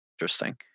interesting